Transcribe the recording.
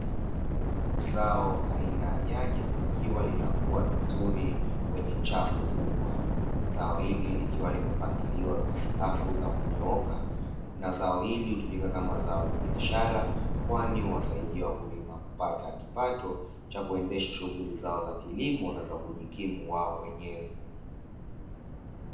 Zao aina ya nyanya, likiwa linakua vizuri kwenye chafu kubwa. Zao hili likiwa limepangiliwa kwa safu za kunyooka na zao hili hutumika kama zao la biashara, kwani huwasaidia wakulima kupata kipato cha kuendesha shughuli za kilimo na kujikimu wao wenyewe.